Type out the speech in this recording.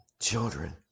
children